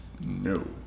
No